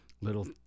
little